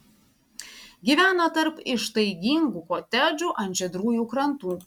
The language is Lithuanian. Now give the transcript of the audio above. gyvena tarp ištaigingų kotedžų ant žydrųjų krantų